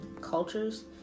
cultures